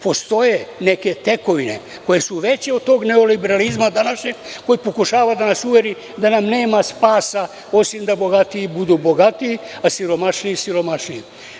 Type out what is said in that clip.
Postoje neke tekovine koje su veće od tog neoliberalizma današnjeg koji pokušava da nas uveri da nam nema spasa osim da bogatiji budu bogatiji, a siromašni - siromašniji.